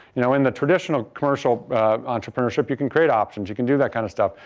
you know in the traditional, commercial entrepreneurship, you can create options, you can do that kind of stuff,